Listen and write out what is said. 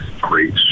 great